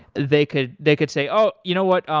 they could they could say, oh, you know what? um